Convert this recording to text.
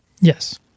Yes